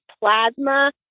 plasma